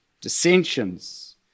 dissensions